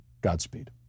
Godspeed